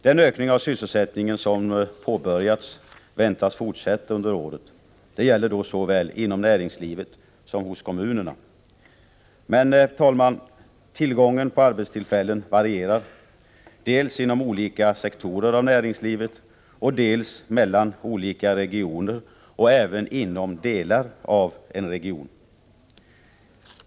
Den ökning av sysselsättningen som påbörjats väntas fortsätta under året. Detta gäller såväl inom näringslivet som hos kommunerna. Men, herr talman, tillgången på arbetstillfällen varierar dels inom olika sektorer av näringslivet, dels mellan olika regioner och även inom delar av en region.